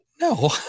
No